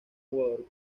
jugador